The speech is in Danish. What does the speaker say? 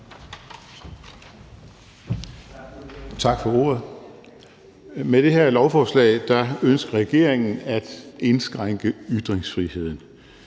Tak for ordet. Med det her lovforslag ønsker regeringen at indskrænke ytringsfriheden.